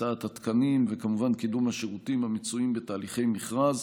להקצאת התקנים וכמובן לקידום השירותים המצויים בתהליכי מכרז,